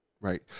right